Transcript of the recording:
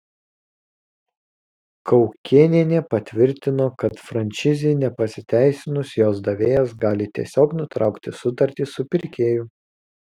kaukėnienė patvirtino kad franšizei nepasiteisinus jos davėjas gali tiesiog nutraukti sutartį su pirkėju